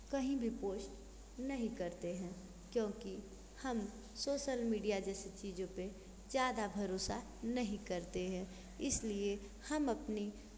कहीं भी पोष्ट नहीं करते हैं क्योंकि हम सोसल मीडिया जैसी चीज़ों पे ज़्यादा भरोसा नहीं करते हैं इसलिए हम अपनी